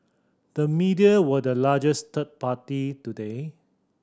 the media were the largest third party today